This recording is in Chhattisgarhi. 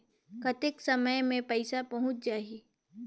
कतेक समय मे पइसा पहुंच जाही?